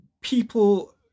people